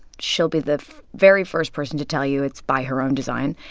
she'll be the very first person to tell you it's by her own design.